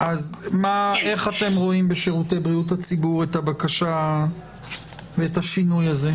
איך אתם רואים בשירותי בריאות הציבור את הבקשה ואת השינוי הזה?